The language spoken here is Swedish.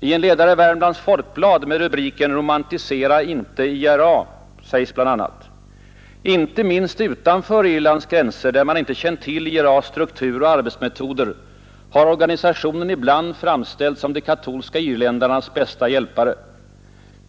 I en ledare i Värmlands Folkblad med rubriken ”Romantisera inte IRA” säges bl.a.: ”Inte minst utanför Irlands gränser, där man inte känt till IRA:s struktur och arbetsmetoder, har organisationen ibland framställts som de katolska irländarnas bästa hjälpare.